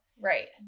Right